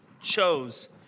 chose